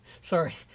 Sorry